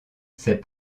ses